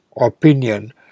opinion